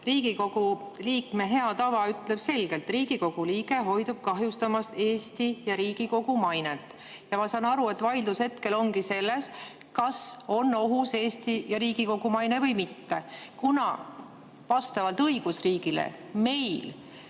Riigikogu liikme hea tava ütleb selgelt: Riigikogu liige hoidub kahjustamast Eesti ja Riigikogu mainet. Ma saan aru, et vaidlus hetkel ongi selles, kas Eesti ja Riigikogu maine on ohus või mitte. Kuna vastavalt õigusriigile meil